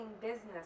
business